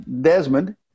Desmond